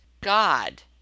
God